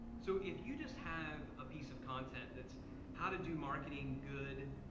so if you just have a piece of content that's how to do marketing good